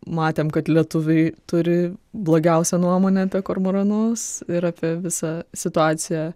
matėm kad lietuviai turi blogiausią nuomonę apie kormoranus ir apie visą situaciją